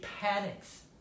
panics